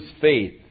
faith